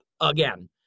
again